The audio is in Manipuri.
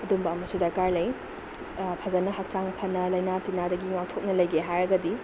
ꯑꯗꯨꯝꯕ ꯑꯃꯁꯨ ꯗꯔꯀꯥ ꯂꯩ ꯐꯖꯅ ꯍꯛꯆꯥꯡ ꯐꯅ ꯂꯩꯅꯥ ꯇꯤꯟꯅꯥꯗꯒꯤ ꯉꯥꯛꯊꯣꯛꯅ ꯂꯩꯒꯦ ꯍꯥꯏꯔꯒꯗꯤ